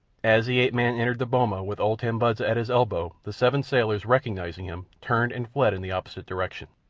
as the ape-man entered the boma with old tambudza at his elbow the seven sailors, recognizing him, turned and fled in the opposite direction.